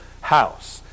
house